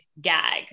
gag